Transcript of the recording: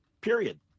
Period